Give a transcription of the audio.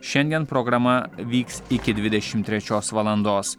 šiandien programa vyks iki dvidešimt trečios valandos